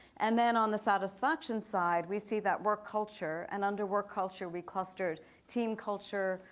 and then on the satisfaction side we see that work culture, and under work culture we clustered team culture,